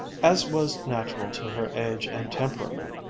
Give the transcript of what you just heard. as was natural to her age and temperament,